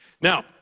now